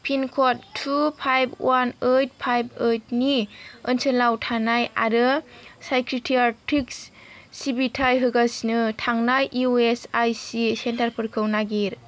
पिनक'ड two five one eight five eight नि ओनसोलाव थानाय आरो साइकियाट्रि सिबिथाय होगासिनो थानाय इउ एस आइ सि सेन्टारफोरखौ नागिर